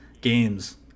games